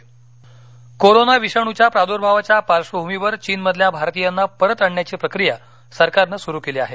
corona corona विषाणूच्या प्रादूर्भावाच्या पार्श्वभूमीवर चीनमधल्या भारतीयांना परत आणण्याची प्रक्रिया सरकारनं सुरु केली आहे